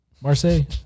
Marseille